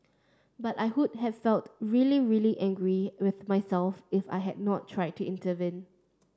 but I would have felt really really angry with myself if I had not tried to intervene